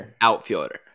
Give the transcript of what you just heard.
Outfielder